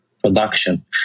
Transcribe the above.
production